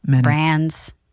brands